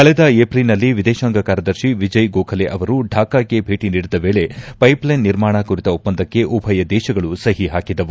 ಕಳೆದ ಏಪ್ರಿಲ್ನಲ್ಲಿ ವಿದೇಶಾಂಗ ಕಾರ್ಯದರ್ತಿ ವಿಜಯ್ ಗೋಖಲೆ ಅವರು ಢಾಕಾಗೆ ಭೇಟಿ ನೀಡಿದ್ದ ವೇಳೆ ಪ್ನೆಪ್ಲ್ಲೆನ್ ನಿರ್ಮಾಣ ಕುರಿತ ಒಪ್ಪಂದಕ್ಕೆ ಉಭಯ ದೇಶಗಳು ಸಹಿ ಹಾಕಿದ್ದವು